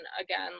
again